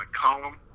column